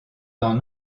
dans